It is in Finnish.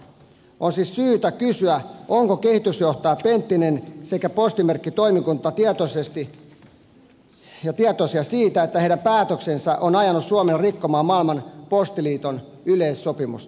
on siis syytä kysyä ovatko kehitysjohtaja penttinen sekä postimerkkitoimikunta tietoisia siitä että heidän päätöksensä on ajanut suomen rikkomaan maailman postiliiton yleissopimusta